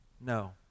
No